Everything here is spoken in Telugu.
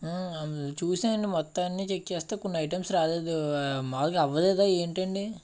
ఆ చూశాను మొత్తం అన్ని చెక్ చేస్తే కొన్ని ఐటమ్స్ రాలేదు మామూలుగా అవ్వలేదా ఏంటండీ